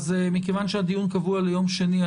מכיוון שהדיון קבוע ליום שני,